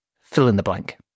fill-in-the-blank